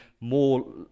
more